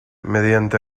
mediante